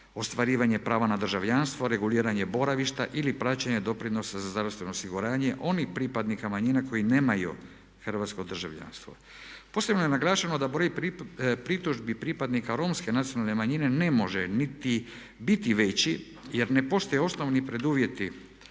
ostvarivanje prava na državljanstvo, reguliranje boravišta ili praćenje doprinosa za zdravstveno osiguranje onih pripadnika manjina koji nemaju hrvatsko državljanstvo. Posebno je naglašeno da broj pritužbi pripadnika romske nacionalne manjine ne može niti biti veći, jer ne postoje osnovni preduvjeti